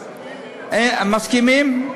צחי, מסכימים לדחות?